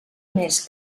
més